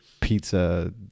pizza